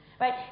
right